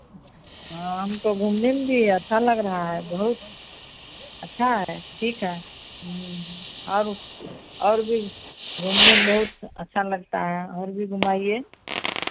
हाँ हमको घूमने ना दीजिये अच्छा लग रहा है बहुत अच्छा है ठीक है और और भी घूमने में बहुत अच्छा लगता है और भी घुमाइये